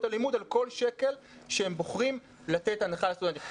הלימוד על כל שקל שהם בוחרים לתת הנחה לסטודנטים.